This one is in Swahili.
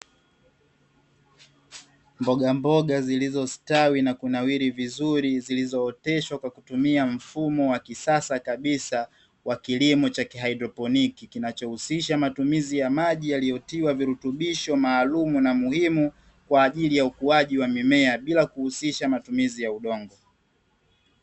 Mbogamboga zilizostawi na kunawiri vizuri, zilizooteshwa kwa kutumia mfumo wa kisasa kabisa, wa kilimo cha kihaidroponi, kinachohusisha matumizi ya maji yaliyotiwa virutubisho maalumu na muhimu, kwa ajili ya ukuaji wa mimea, bila kuhusisha matumizi ya udongo.